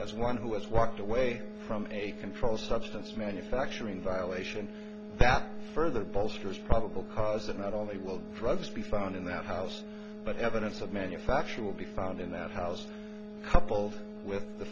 as one who is locked away from a controlled substance manufacturing violation further bolsters probable cause that not only will drugs be found in that house but evidence of manufacture will be found in that house coupled with the